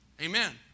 Amen